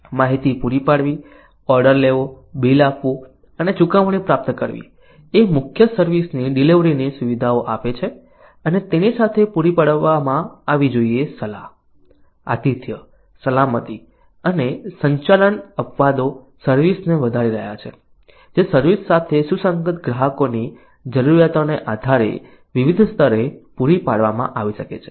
માહિતી પૂરી પાડવી ઓર્ડર લેવો બિલ આપવું અને ચુકવણી પ્રાપ્ત કરવી એ મુખ્ય સર્વિસ ની ડિલિવરીની સુવિધા આપે છે અને તેની સાથે પૂરી પાડવામાં આવવી જોઈએ સલાહ આતિથ્ય સલામતી અને સંચાલન અપવાદો સર્વિસ ને વધારી રહ્યા છે જે સર્વિસ સાથે સુસંગત ગ્રાહકની જરૂરિયાતોને આધારે વિવિધ સ્તરે પૂરી પાડવામાં આવી શકે છે